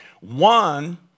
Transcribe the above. One